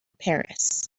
paris